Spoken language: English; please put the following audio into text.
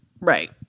Right